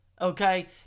Okay